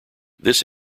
this